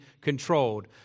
controlled